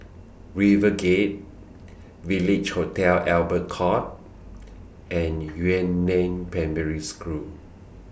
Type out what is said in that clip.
RiverGate Village Hotel Albert Court and Yuan Neng Primary School